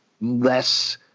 less